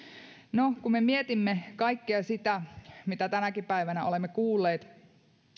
no kun me mietimme kaikkea sitä mitä tänäkin päivänä olemme kuulleet